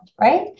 right